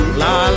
la